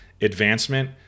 advancement